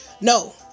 no